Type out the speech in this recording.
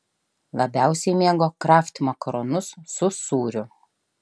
labiausiai mėgo kraft makaronus su sūriu